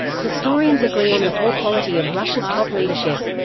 historians agree on the poor quality of russia's top leadership.